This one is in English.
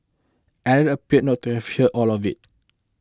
another appeared not to have hear all of it